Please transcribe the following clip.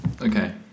Okay